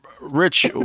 Rich